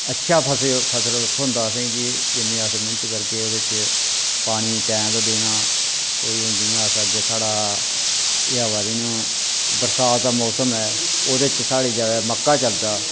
अच्छा फसल थ्होंदा असेंगी जिन्नी असें मेह्नत करगे ओह्दे च पानी टैम दा देना कोई हून जियां अस्स आखगे साढ़ा एह् आवा दी ना बरसांत दा मौसम ऐ ओह्दे च साढ़े जैदा मक्का चलदा